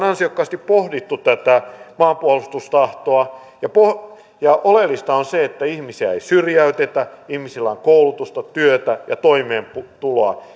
ansiokkaasti pohdittu tätä maanpuolustustahtoa ja oleellista on se että ihmisiä ei syrjäytetä ihmisillä on koulutusta työtä ja toimeentuloa